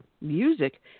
music